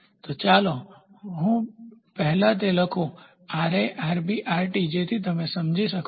તો ચાલો હું પહેલા તે લખું જેથી તમે સમજી શકશો